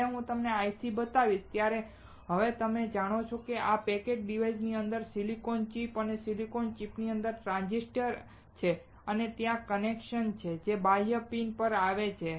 જ્યારે હું તમને આ IC બતાવીશ ત્યારે હવે તમે જાણો છો કે આ પેકેજ્ડ ડિવાઇસની અંદર સિલિકોન ચિપ છે અને સિલિકોન ચિપની અંદર ટ્રાંઝિસ્ટર છે અને ત્યાં કનેક્શન્સ છે જે આ બાહ્ય પિન પર આવે છે